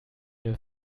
der